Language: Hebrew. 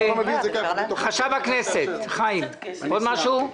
חשב הכנסת, חיים, עוד משהו?